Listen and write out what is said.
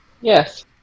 Yes